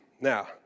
Now